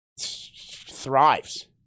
thrives